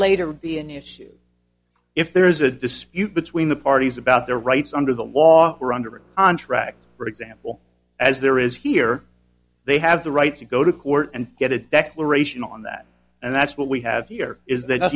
later be an issue if there is a dispute between the parties about their rights under the law or under contract for example as there is here they have the right to go to court and get a declaration on that and that's what we have here is th